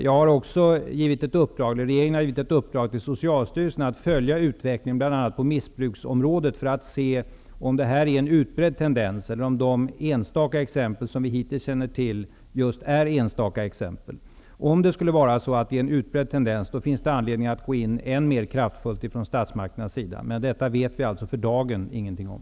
Regeringen har givit Socialstyrelsen i uppdrag att följa utvecklingen, bl.a. på missbruksområdet, för att se om tendensen är utbredd eller om det rör sig om enstaka exempel. Om tendensen skulle vara utbredd, finns det anledning för statsmakterna att gå in ännu mer kraftfullt. Men detta vet vi för dagen ingenting om.